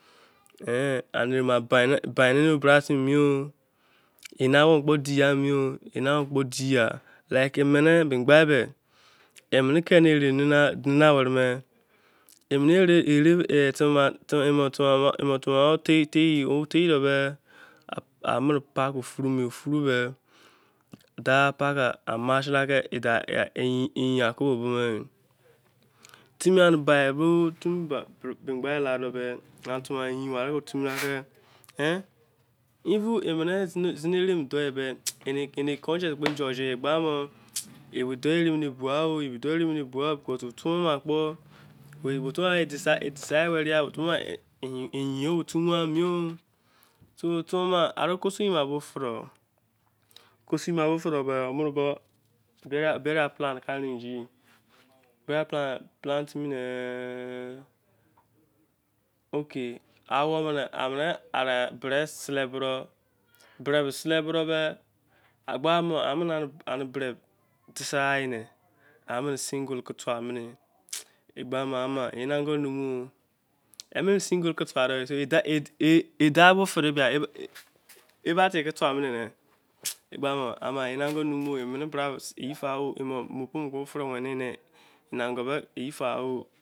eh bani basi mein o eni won kpo dia mie like emene kene- ere nana wereme. mene tubo ma tei o fei de men a. mene pake fro, dan march yoi e dan yoi mu timi ba biboro ziheere em dou timi. an. conscinence dominiere ebogha, me tubo ame e fise were ya. eyin o fus mien o. aro. kosun owei mo fedo,, amene ba bumal ka plan yoi ka tode plan timi ne, ok. bede selei bofemo. Enai bede dis aha ye amene singe ke fuamene, egba ama. ene engo numu. 6. e dan ke emi ango me yefa.